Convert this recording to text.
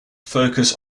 focus